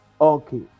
Okay